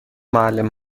معلم